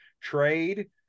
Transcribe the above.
trade